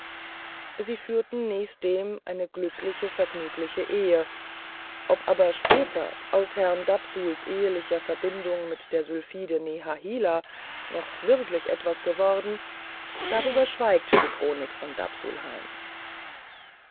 sie führten nächstdem eine glückliche vergnügte ehe ob aber später aus herrn dapsuls ehelicher verbindung mit der sylphide nehahilah noch wirklich etwas geworden darüber schweigt die chronik von